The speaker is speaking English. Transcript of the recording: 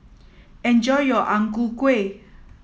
enjoy your Ang Ku Kueh